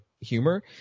humor